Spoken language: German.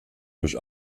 durch